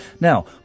Now